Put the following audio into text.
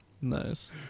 Nice